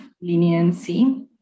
leniency